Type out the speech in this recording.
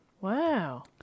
Wow